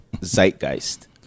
zeitgeist